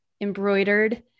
embroidered